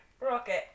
rocket